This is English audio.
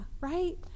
right